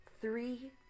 three